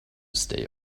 stay